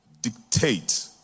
dictate